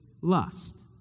lust